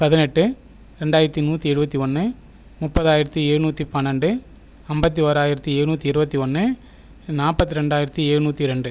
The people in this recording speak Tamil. பதினெட்டு ரெண்டாயிரத்து நூற்றி இருபத்தி ஒன்று முப்பதாயிரத்து எழுநூத்தி பன்னெண்டு ஐம்பத்து ஓராயிரத்து எழுநூத்தி இருபத்தி ஒன்று நாற்பத்தி ரெண்டாயிரத்து எழுநூத்தி ரெண்டு